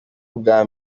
ubwa